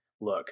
look